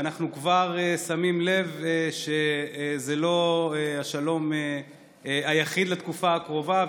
ואנחנו כבר שמים לב שזה לא השלום היחיד לתקופה הקרובה,